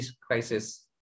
crisis